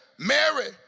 Mary